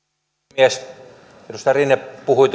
puhemies edustaja rinne puhui